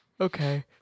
Okay